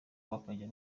bakajya